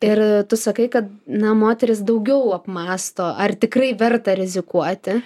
ir tu sakai kad na moterys daugiau apmąsto ar tikrai verta rizikuoti